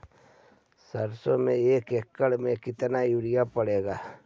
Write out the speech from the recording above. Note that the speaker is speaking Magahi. सरसों में एक एकड़ मे केतना युरिया पड़तै?